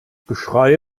geschrei